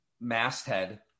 masthead